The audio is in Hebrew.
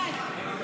23